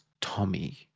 tommy